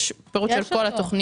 יש פירוט של כל התוכניות,